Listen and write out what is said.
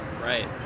Right